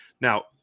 now